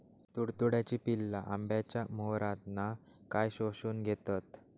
तुडतुड्याची पिल्ला आंब्याच्या मोहरातना काय शोशून घेतत?